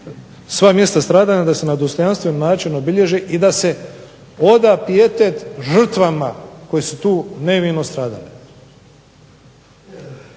sva mjesta stradanja da se na dostojanstven način obilježi i da se oda pijetet žrtvama koji su tu nevino stradali.